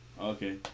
okay